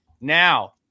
Now